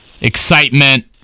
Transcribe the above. excitement